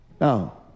Now